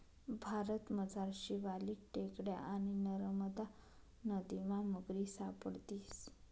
भारतमझार शिवालिक टेकड्या आणि नरमदा नदीमा मगरी सापडतीस